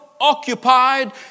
occupied